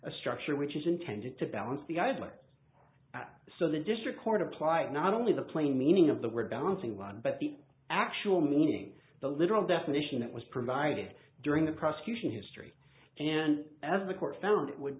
a structure which is intended to balance the eyes left at so the district court applied not only the plain meaning of the word bouncing one but the actual meaning the literal definition that was provided during the prosecution history and as the court found it would